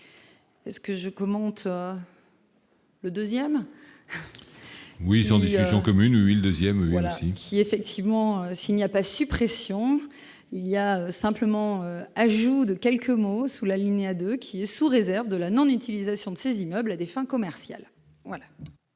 Est ce que je commente. Le 2ème. Oui, sans décision commune il 2ème voilà. Si, effectivement, s'il n'y a pas suppression il y a simplement ajout de quelques mots Mossoul l'alinéa 2 qui est sous réserve de la non-utilisation de ces immeubles, à des fins commerciales.